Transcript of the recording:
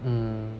hmm